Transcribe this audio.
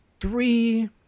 Three